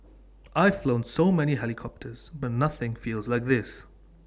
I've flown so many helicopters but nothing feels like this